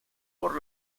por